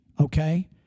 okay